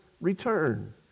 return